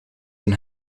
een